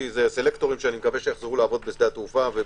כי זה סלקטורים שאני מקווה שיחזרו לעבוד בשדה התעופה.